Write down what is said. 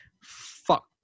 Fuck